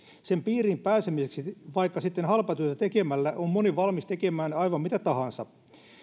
sen piiriin pääsemiseksi vaikka sitten halpatyötä tekemällä on moni valmis tekemään aivan mitä tahansa